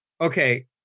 okay